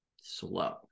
slow